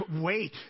wait